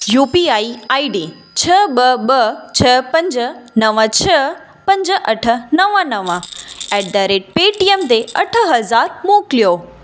U P I I D छह ॿ ॿ छह पंज नवं छह पंज अठ नवं नवं एट द रेट पेटीएम ते अठ हज़ार मोकिलियो